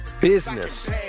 business